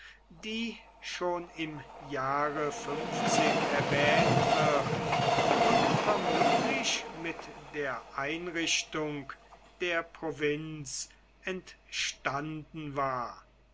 die schon im jahre erwähnt wird und vermutlich mit der einrichtung der provinz entstanden war